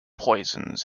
poisons